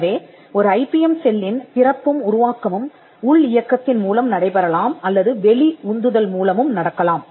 எனவே ஒரு ஐபிஎம் செல்லின் பிறப்பும் உருவாக்கமும் உள் இயக்கத்தின் மூலம் நடைபெறலாம் அல்லது வெளி உந்துதல் மூலமும் நடக்கலாம்